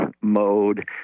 mode